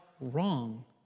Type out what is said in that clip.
wrong